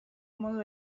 modu